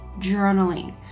journaling